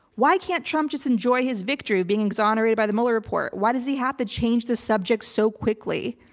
why can't trump just enjoy his victory of being exonerated by the mueller report? why does he have to change the subject so quickly?